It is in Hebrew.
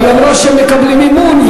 אבל היא אמרה שהם מקבלים מימון,